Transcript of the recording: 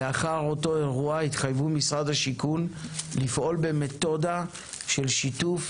לאחר אותו אירוע התחייבו משרד השיכון לפעול במתודה של שיתוף